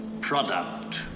product